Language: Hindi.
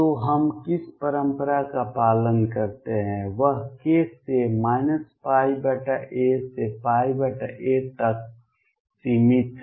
तो हम किस परंपरा का पालन करते हैं वह k से a से a तक सीमित है